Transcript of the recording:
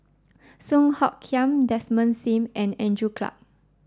Song Hoot Kiam Desmond Sim and Andrew Clarke